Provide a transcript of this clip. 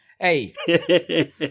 Hey